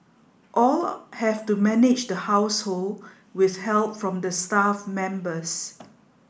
all have to manage the household with help from the staff members